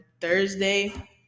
Thursday